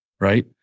right